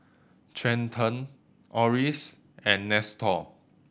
Trenten Orris and Nestor